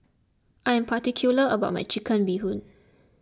I am particular about my Chicken Bee Hoon